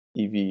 EV